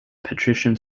patrician